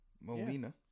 Molina